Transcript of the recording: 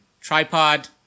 tripod